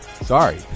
sorry